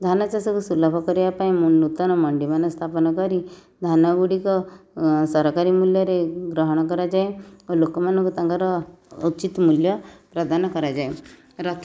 ଧାନ ଚାଷକୁ ସୁଲଭ କରିବା ପାଇଁ ମୁଁ ନୂତନ ମଣ୍ଡିମାନ ସ୍ଥାପନ କରି ଧାନ ଗୁଡ଼ିକ ସରକାରୀ ମୂଲ୍ୟରେ ଗ୍ରହଣ କରାଯାଏ ଆଉ ଲୋକମାନଙ୍କୁ ତାଙ୍କର ଉଚିତ ମୂଲ୍ୟ ପ୍ରଦାନ କରାଯାଏ ରଥ